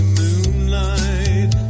moonlight